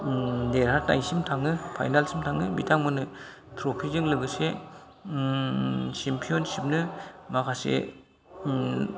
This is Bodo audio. देरहानायसिम थाङो फाइनालसिम थाङो बिथांमोनहा ट्रफिजों लोगोसे सेमपियनशिपनो माखासे